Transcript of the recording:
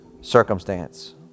circumstance